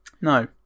No